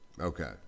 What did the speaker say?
Okay